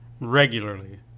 regularly